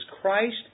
Christ